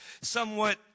somewhat